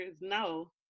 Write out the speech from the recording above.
no